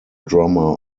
drummer